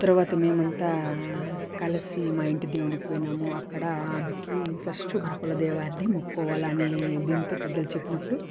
తర్వతా మేమంతా కలసి మా ఇంటి దేవుడికి పోయినాము అక్కడ ఆమెకి ఫస్ట్ మన కుల దైవాన్ని మొక్కోవాలని దీంతో పెద్దలు చెప్పినప్పుడు